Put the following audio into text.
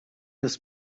des